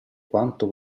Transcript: quanto